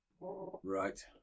right